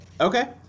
Okay